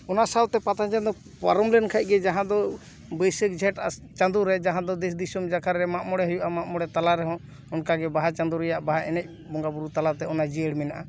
ᱚᱱᱟ ᱥᱟᱶᱛᱮ ᱯᱟᱛᱟ ᱪᱟᱸᱫᱳ ᱯᱟᱨᱚᱢ ᱞᱮᱱ ᱠᱷᱟᱱ ᱜᱮ ᱡᱟᱦᱟᱸ ᱫᱚ ᱵᱟᱹᱭᱥᱟᱹᱠᱷ ᱡᱷᱮᱸᱴ ᱟᱥᱟᱲ ᱪᱟᱸᱫᱳ ᱨᱮ ᱡᱟᱦᱟᱸ ᱫᱚ ᱫᱮᱥ ᱫᱤᱥᱚᱢ ᱡᱟᱠᱟᱫ ᱨᱮ ᱢᱟᱜᱼᱢᱚᱬᱮ ᱦᱩᱭᱩᱜᱼᱟ ᱢᱟᱜᱼᱢᱚᱬᱮ ᱛᱟᱞᱟ ᱨᱮ ᱦᱚᱸ ᱚᱱᱠᱟ ᱜᱮ ᱵᱟᱦᱟ ᱪᱟᱸᱫᱳ ᱨᱮᱭᱟᱜ ᱵᱟᱦᱟ ᱮᱱᱮᱡ ᱵᱚᱸᱜᱟ ᱵᱩᱨᱩ ᱛᱟᱞᱟ ᱛᱮ ᱚᱱᱟ ᱡᱤᱭᱟᱹᱲ ᱢᱮᱱᱟᱜᱼᱟ